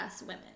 women